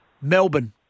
Melbourne